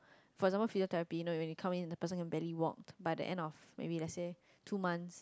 for example physiotherapy you know when you come in the person can barely walk by the end of maybe let's say two months